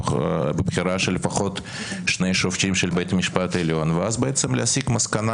בבחירה של לפחות שני שופטים של בית המשפט העליון ואז בעצם להסיק מסקנה,